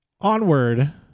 onward